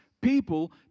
people